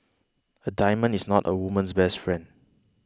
a diamond is not a woman's best friend